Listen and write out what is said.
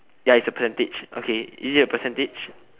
ya it's a percentage is it a percentage